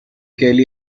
kelly